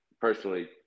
personally